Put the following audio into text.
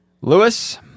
Lewis